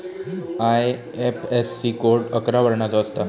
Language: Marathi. आय.एफ.एस.सी कोड अकरा वर्णाचो असता